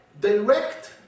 direct